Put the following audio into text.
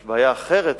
יש בעיה אחרת היום,